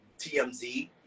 tmz